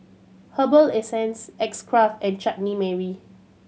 Herbal Essences X Craft and Chutney Mary